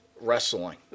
wrestling